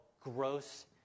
gross